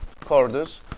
Cordus